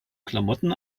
klamotten